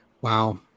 Wow